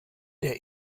der